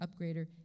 upgrader